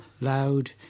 loud